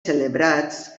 celebrats